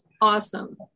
Awesome